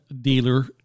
Dealer